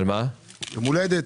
יש לו יום הולדת.